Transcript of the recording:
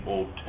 Old